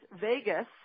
Vegas